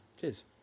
Cheers